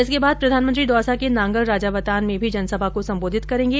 इसके बाद प्रधानमंत्री दौसा के नांगल राजावतान में भी जनसभा करेंगे